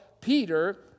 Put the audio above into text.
Peter